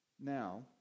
Now